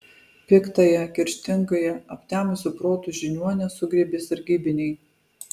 piktąją kerštingąją aptemusiu protu žiniuonę sugriebė sargybiniai